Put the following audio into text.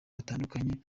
batandukanye